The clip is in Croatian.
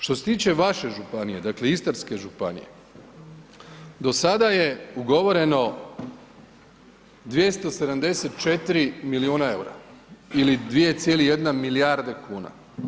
Što se tiče vaše županije, dakle Istarske županije, do sada je ugovoreno 274 milijuna eura ili 2,1 milijarde kuna.